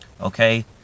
okay